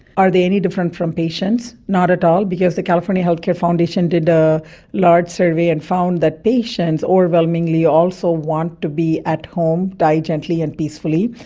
are they any different from patients? not at all, because the california healthcare foundation did a large survey and found that patients overwhelmingly also want to be at home, die gently and peacefully,